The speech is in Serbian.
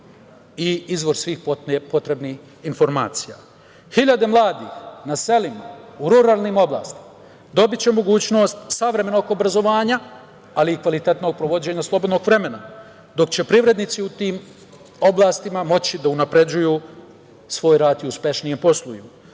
i izvor svih potrebnih informacija. Hiljade mladih na selu u ruralnim oblastima dobiće mogućnost savremenog obrazovanja, ali i kvalitetno provođenje slobodnog vremena, dok će privrednici u tim oblastima moći da unapređuju svoj rad i uspešnije posluju.